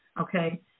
okay